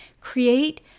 Create